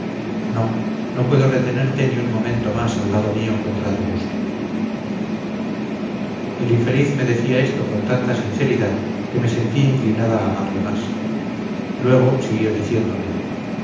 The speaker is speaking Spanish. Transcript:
no no puedo retenerte ni un momento más al lado mío contra tu gusto el infeliz me decía esto con tanta sinceridad que me sentí inclinada a amarle más luego siguió diciéndome